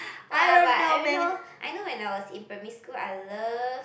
[wah] but I don't know I know when I was in primary school I love